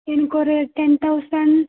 எனக்கு ஒரு ten thousand